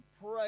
Pray